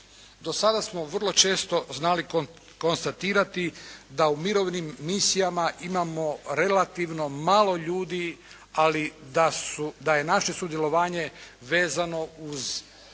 Do sada smo vrlo često znali konstatirati da u mirovnim misijama imamo relativno malo ljudi, ali da je naše sudjelovanje vezano uz